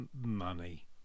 money